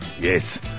yes